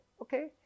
Okay